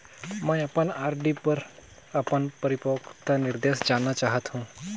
मैं अपन आर.डी पर अपन परिपक्वता निर्देश जानना चाहत हों